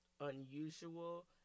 unusual